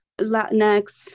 Latinx